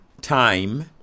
Time